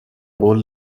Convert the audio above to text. قول